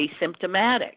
asymptomatic